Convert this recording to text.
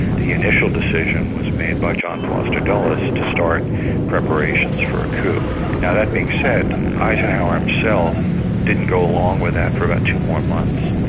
the initial decision was made by john foster dulles to start preparations for a coup. now that being said, eisenhower himself didn't go along with that for about two more months.